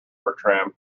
bertram